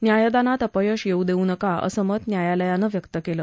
न्यायदानात अपयश येऊ देऊ नका असं मत न्यायालयानं व्यक्त केलं